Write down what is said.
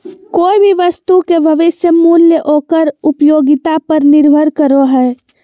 कोय भी वस्तु के भविष्य मूल्य ओकर उपयोगिता पर निर्भर करो हय